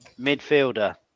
midfielder